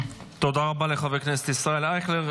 תודה רבה לחבר הכנסת ישראל אייכלר.